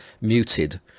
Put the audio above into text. muted